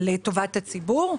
לטובת הציבור.